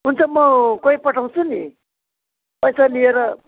हुन्छ म कोही पठाउँछु नि पैसा लिएर